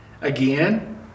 Again